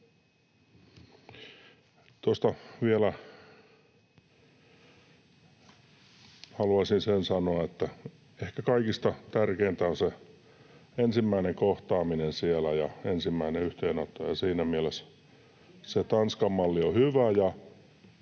Tuosta vielä haluaisin sen sanoa, että ehkä kaikista tärkeintä on se ensimmäinen kohtaaminen siellä ja se ensimmäinen yhteydenotto, ja siinä mielessä se Tanskan malli on hyvä,